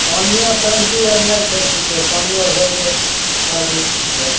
पानियोँ आर टंकी आर नहि छै किच्छो पानियो सगरे खाली भेल छै